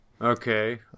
Okay